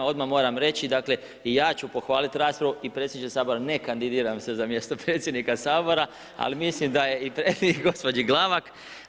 Odmah moram reći dakle, ja ću pohvaliti raspravu i predsjednik Sabora, ne kandidiram se za mjesto predsjednika Sabora ali mislim da je i gospođi Glavak.